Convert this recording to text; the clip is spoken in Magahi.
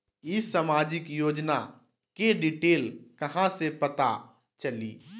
ई सामाजिक योजना के डिटेल कहा से पता चली?